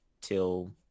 till